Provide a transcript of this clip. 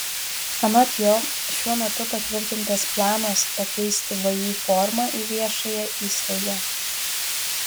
anot jo šiuo metu patvirtintas planas pakeisti vį formą į viešąją įstaigą